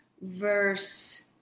verse